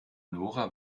nora